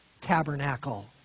tabernacle